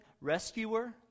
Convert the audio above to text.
rescuer